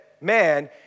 man